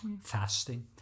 fasting